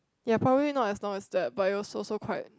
ya probably not as long as that but it also so quite